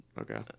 Okay